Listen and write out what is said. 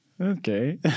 Okay